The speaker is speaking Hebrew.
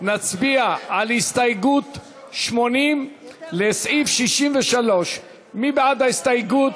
אנחנו נצביע על הסתייגות 80 לסעיף 63. מי בעד ההסתייגות?